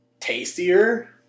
tastier